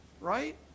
Right